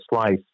slice